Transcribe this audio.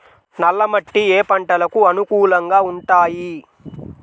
నల్ల మట్టి ఏ ఏ పంటలకు అనుకూలంగా ఉంటాయి?